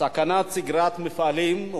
סכנת סגירת מפעלים.